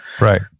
Right